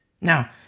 Now